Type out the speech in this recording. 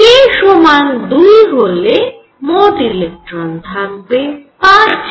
k সমান 2 হলে মোট ইলেকট্রন থাবে 5টি